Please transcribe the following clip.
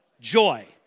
Joy